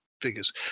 figures